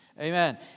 Amen